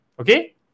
Okay